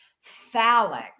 phallic